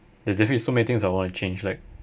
there's definitely so many things I want to change like